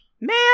Man